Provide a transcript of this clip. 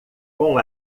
com